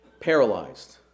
paralyzed